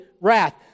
wrath